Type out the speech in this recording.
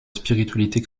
spiritualité